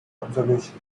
observation